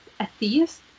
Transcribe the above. atheist